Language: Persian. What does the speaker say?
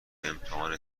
امتحان